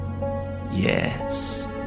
Yes